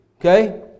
okay